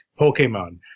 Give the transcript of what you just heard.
Pokemon